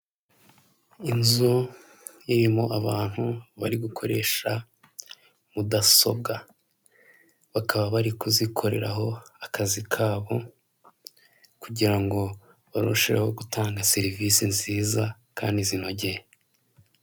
Inzu irimo abantu bari gukoresha mudasobwa, bakaba bari kuzikoreraho akazi kabo kugirango barusheho gutanga serivise nziza kandi zinogeye.